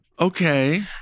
okay